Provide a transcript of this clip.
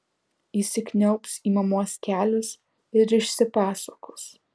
įsikniaubs į mamos kelius ir išsipasakos